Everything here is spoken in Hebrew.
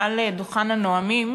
על דוכן הנואמים,